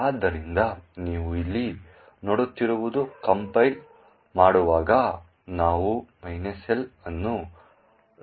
ಆದ್ದರಿಂದ ನೀವು ಇಲ್ಲಿ ನೋಡುತ್ತಿರುವುದು ಕಂಪೈಲ್ ಮಾಡುವಾಗ ನಾವು L ಅನ್ನು ಸೂಚಿಸುತ್ತೇವೆ